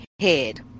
head